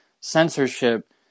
censorship